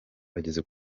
bageze